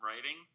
writing